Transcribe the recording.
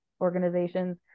organizations